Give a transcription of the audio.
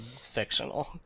fictional